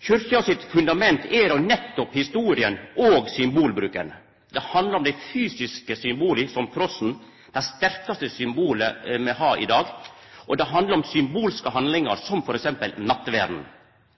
Kyrkja sitt fundament er jo nettopp historia og symbolbruken. Det handlar om dei fysiske symbola, som krossen, det sterkaste symbolet vi har i dag, og det handlar om symbolske handlingar, som